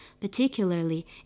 particularly